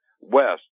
West